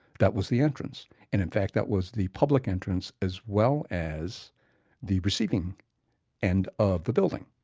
that was the entrance in in fact, that was the public entrance as well as the receiving end of the building.